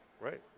right